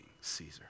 Caesar